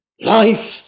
Life